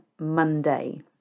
Monday